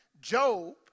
Job